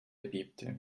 bebte